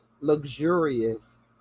Luxurious